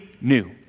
new